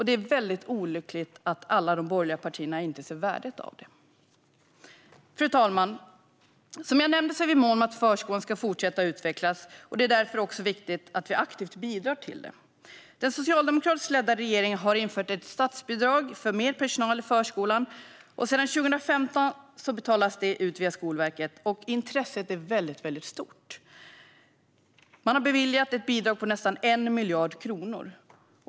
Det är olyckligt att alla de borgerliga partierna inte inser värdet av detta. Fru talman! Som jag nämnde är vi måna om att förskolan ska fortsätta att utvecklas. Det är därför också viktigt att vi aktivt bidrar till det. Den socialdemokratiskt ledda regeringen har infört ett statsbidrag för mer personal i förskolan. Sedan 2015 betalas bidraget ut via Skolverket. Intresset är väldigt stort. Man har beviljat bidrag på nästan 1 miljard kronor.